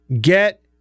Get